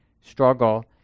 struggle